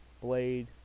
Blade